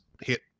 hit